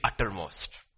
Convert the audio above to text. uttermost